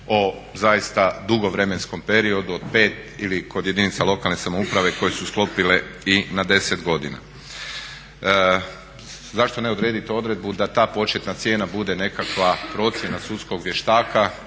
o zaista dugom vremenskom periodu od 5 ili kod jedinica lokalne samouprave koje su sklopile i na 10 godina. Zašto ne odrediti odredbu da ta početna cijena bude nekakva procjena sudskog vještaka